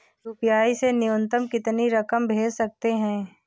UPI से न्यूनतम कितनी रकम भेज सकते हैं?